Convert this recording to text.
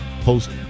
post